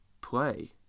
play